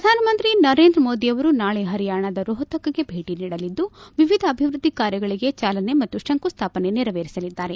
ಪ್ರಧಾನಮಂತ್ರಿ ನರೇಂದ್ರ ಮೋದಿ ಅವರು ನಾಳೆ ಪರಿಯಾಣದ ರೊಹತಕ್ಗೆ ಭೇಟಿ ನೀಡಲಿದ್ದು ವಿವಿಧ ಅಭಿವೃದ್ದಿ ಕಾರ್ಯಗಳಿಗೆ ಚಾಲನೆ ಮತ್ತು ಶಂಕುಸ್ಥಾಪನೆ ನೆರವೇರಿಸಲಿದ್ದಾರೆ